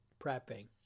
Prepping